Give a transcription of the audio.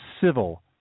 civil